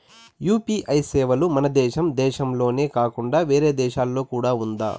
UPI సేవలు మన దేశం దేశంలోనే కాకుండా వేరే దేశాల్లో కూడా ఉందా?